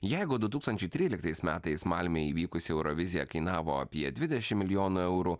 jeigu du tūkstančiai tryliktais metais malmėj įvykusi eurovizija kainavo apie dvidešim milijonų eurų